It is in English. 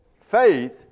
faith